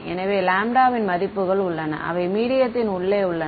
எனவே லாம்ப்டாவின் மதிப்புகள் உள்ளன அவை மீடியத்தின் உள்ளே உள்ளன